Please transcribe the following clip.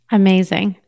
amazing